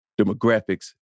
demographics